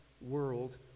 world